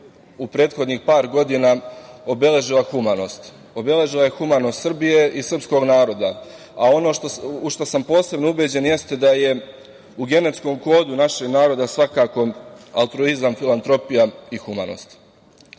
u prethodnih par godina obeležila humanost. Obeležila je humanost Srbije i srpskog naroda, a ono u šta sam posebno ubeđen jeste da je u genetskom kodu našeg naroda svakako altruizam, filantropija i humanost. Srbija